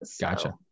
Gotcha